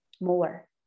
more